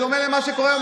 בדומה למה שקורה בחו"ל,